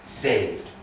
saved